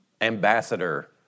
ambassador